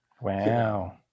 wow